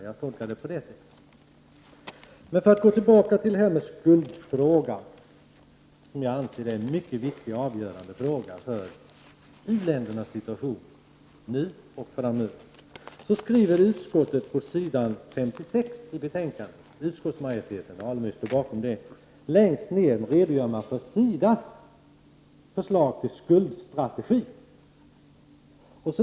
Jag går tillbaka till detta med skuldfrågan som jag anser vara en mycket viktig och avgörande fråga för u-ländernas situation nu och framöver. På s. 56i betänkandet redogör utskottsmajoriteten för SIDA:s förslag till skuldstrategi.